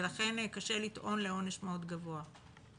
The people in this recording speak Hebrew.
ולכן קשה לטעון לעונש מאוד גבוה.